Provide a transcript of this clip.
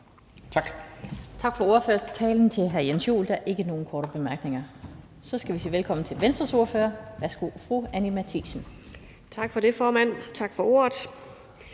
Tak.